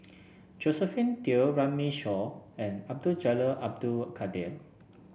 Josephine Teo Runme Shaw and Abdul Jalil Abdul Kadir